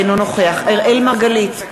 אינו נוכח אראל מרגלית,